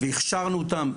והכשרנו אותם.